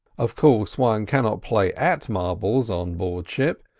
of course one cannot play at marbles on board ship,